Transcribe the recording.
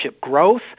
growth